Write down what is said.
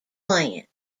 plant